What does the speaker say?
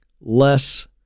less